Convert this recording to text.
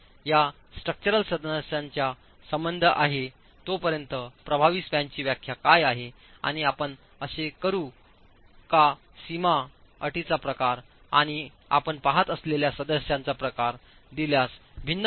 या स्ट्रक्चरल सदस्यांचा संबंध आहे तोपर्यंत प्रभावी स्पॅनची व्याख्या काय आहे आणि आपण असे करू का सीमा अटींचा प्रकार आणि आपण पहात असलेल्या सदस्याचा प्रकार दिल्यास भिन्न प्रभावी स्पॅन पहात आहात